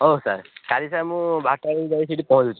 ହଁ ସାର୍ କାଲି ସାର୍ ମୁଁ ବାରଟା ବେଳୁ ଯାଇଁ ସେଠି ପହଚୁଁଚି